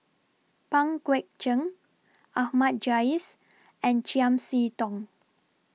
Pang Guek Cheng Ahmad Jais and Chiam See Tong